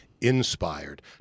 inspired